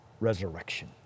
resurrection